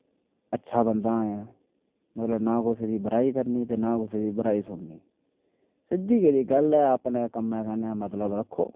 अच्छा बंदा आं मतलब ना कुसै दी बराई करनी ते ना कुसै दी बुराई सुननी सिद्धी जेही गल्ल ऐ अपने कम्मै कन्नै मतलब रक्खो